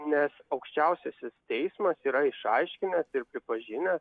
nes aukščiausiasis teismas yra išaiškinęs ir pripažinęs